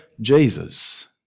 Jesus